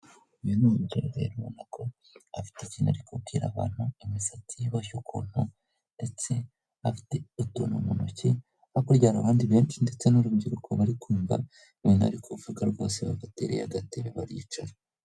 Uyu ni umubyeyi rero ubona ko afite ikintu ari kubwira abantu. Afite imisatsi iboshye, afite utuntu mu ntoki hakurya hari abandi benshi, ndetse n'urubyiruko bari kumva ibintu arimo kuvuga. Urabona ko bateye agatebe baricara.